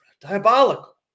diabolical